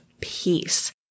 peace